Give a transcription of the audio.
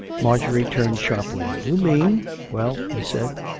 marjorie turned sharply. you mean well, he said,